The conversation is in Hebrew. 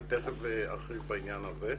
אני לא מתנער ואני תכף ארחיב בעניין הזה.